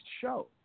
show